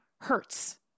hurts